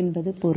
எனது பொறுப்பு